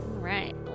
Right